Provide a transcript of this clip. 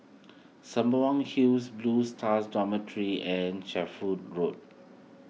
Sembawang Hills Blue Stars Dormitory and Shenvood Road